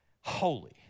holy